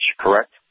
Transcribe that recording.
correct